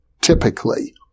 typically